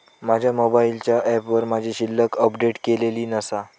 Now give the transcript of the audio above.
माझ्या मोबाईलच्या ऍपवर माझी शिल्लक अपडेट केलेली नसा